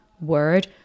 word